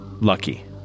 Lucky